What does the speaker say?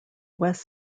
west